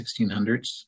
1600s